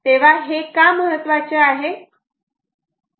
तेव्हा हे का महत्वाचे आहे